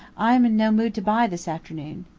i am in no mood to buy this afternoon.